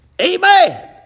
Amen